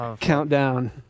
countdown